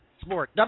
sport